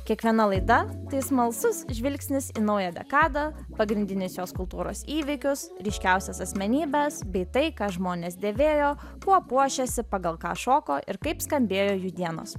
kiekviena laida tai smalsus žvilgsnis į naują dekadą pagrindines jos kultūros įvykius ryškiausias asmenybes bei tai ką žmonės dėvėjo kuo puošėsi pagal ką šoko ir kaip skambėjo jų dienos